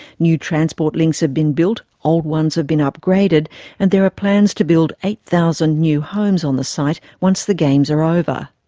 new transport links have been built, old ones have been upgraded and there are plans to build eight thousand new homes on the site once the games are over.